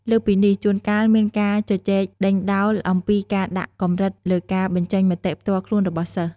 លើសពីនេះ ជួនកាលមានការជជែកដេញដោលអំពីការដាក់កម្រិតលើការបញ្ចេញមតិផ្ទាល់ខ្លួនរបស់សិស្ស។